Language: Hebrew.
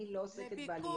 אני לא עוסקת בעלייה.